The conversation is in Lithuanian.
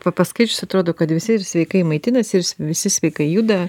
va paskaičius atrodo kad visi ir sveikai maitinasi ir s visi sveikai juda